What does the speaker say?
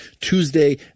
Tuesday